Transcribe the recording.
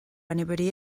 anybody